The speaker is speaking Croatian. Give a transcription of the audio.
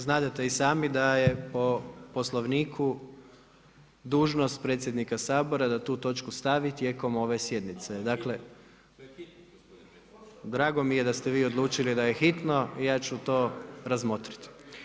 Znadete i sami da je o poslovniku dužnost predsjednika Sabora, da tu točku stavi tijekom ove sjednice, dakle, drago mi je da ste vi odlučili da je hitno, ja ću to razmotriti.